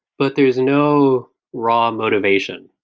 but there's no raw motivation.